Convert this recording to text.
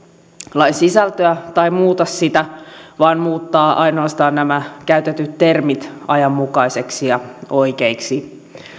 lain sisältöä tai muuta sitä vaan muuttaa ainoastaan nämä käytetyt termit ajanmukaisiksi ja oikeiksi